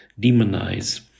demonize